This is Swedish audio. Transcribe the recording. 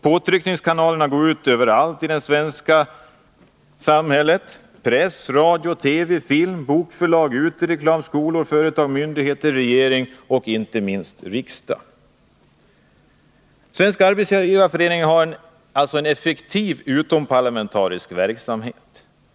Påtryckningskanalerna når ut överallt i det svenska samhället — press, radio, TV, film, bokförlag, utereklam, skolor, företag, regering och inte minst riksdag. Svenska arbetsgivareföreningen har alltså en effektiv utomparlamentarisk verksamhet.